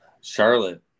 Charlotte